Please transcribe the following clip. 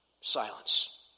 Silence